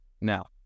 Now